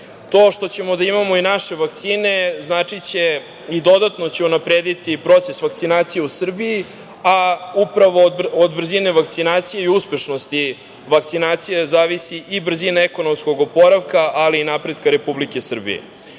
To što ćemo da imamo i naše vakcine značiće i dodatno će unaprediti i proces vakcinacije u Srbiji, a upravo od brzine vakcinacije i uspešnosti vakcinacije zavisi i brzina ekonomskog oporavka, ali i napretka Republike Srbije. Mi